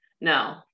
No